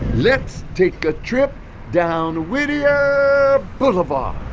let's take a trip down whittier boulevard